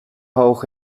hoog